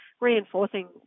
reinforcing